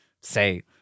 say